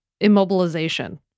immobilization